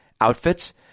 outfits